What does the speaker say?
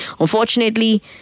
Unfortunately